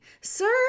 Sir